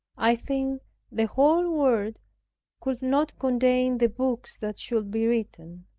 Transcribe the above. i think the whole world could not contain the books that should be written.